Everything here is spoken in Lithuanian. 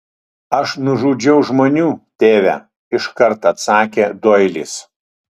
aš nužudžiau žmonių tėve iškart atsakė doilis